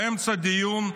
באמצע הדיון,